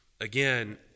again